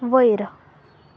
वयर